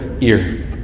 ear